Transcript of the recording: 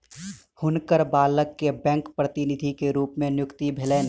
हुनकर बालक के बैंक प्रतिनिधि के रूप में नियुक्ति भेलैन